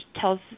tells